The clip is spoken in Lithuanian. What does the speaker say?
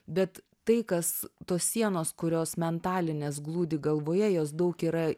bet tai kas tos sienos kurios mentalinės glūdi galvoje jos daug yra